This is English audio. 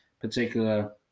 particular